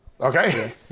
Okay